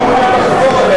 לא מעוניין לחזור,